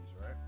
right